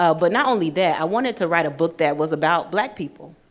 ah but not only that. i wanted to write a book that was about black people.